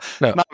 No